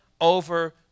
over